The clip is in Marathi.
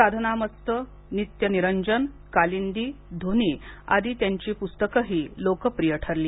साधनामस्त नित्यनिरंजन कालिंदी धुनी आदी त्यांची पुस्तकेही लोकप्रिय ठरली